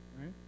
right